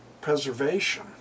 preservation